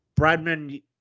Bradman